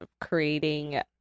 creating